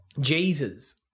Jesus